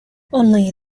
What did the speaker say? only